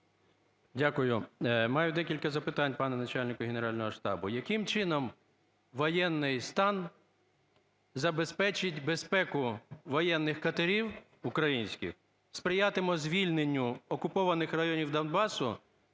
Дякую. Маю декілька запитань, пане начальнику Генерального штабу. Яким чином воєнний стан забезпечить безпеку воєнних катерів українських, сприятиме звільненню окупованих районів Донбасу